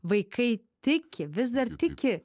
vaikai tiki vis dar tiki